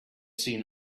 seen